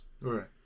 right